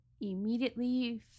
immediately